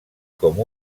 com